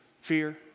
Fear